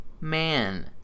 Man